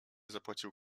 zapłacił